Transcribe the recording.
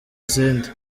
izindi